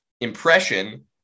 impression